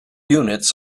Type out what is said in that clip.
units